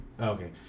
okay